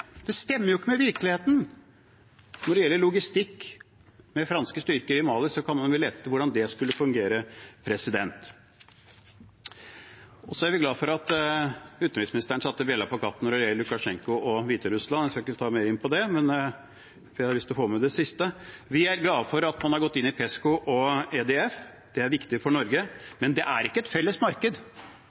Det stemmer jo ikke med virkeligheten. Når det gjelder logistikk med franske styrker i Mali, kan man vel gjette hvordan det skulle fungere. Så er vi glad for at utenriksministeren satte bjella på katten når det gjelder Lukasjenko og Hviterussland. Jeg skal ikke gå inn mer inn på det, for jeg har lyst til å få med det siste: Vi er glade for at man har gått inn i PESCO og EDF. Det er viktig for Norge, men det er ikke et felles marked.